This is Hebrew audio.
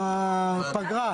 הפגרה.